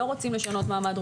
לא רוצים לשנות מעמד.